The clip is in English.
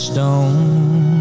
Stone